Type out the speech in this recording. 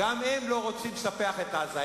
גם הם לא רוצים לספח את עזה,